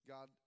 God